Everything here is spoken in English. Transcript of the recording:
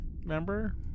Remember